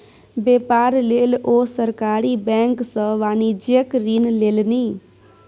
बेपार लेल ओ सरकारी बैंक सँ वाणिज्यिक ऋण लेलनि